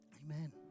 Amen